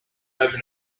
over